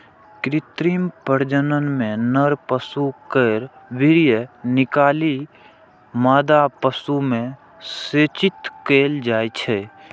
कृत्रिम प्रजनन मे नर पशु केर वीर्य निकालि मादा पशु मे सेचित कैल जाइ छै